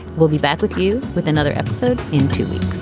we'll be back with you with another episode in two weeks